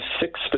six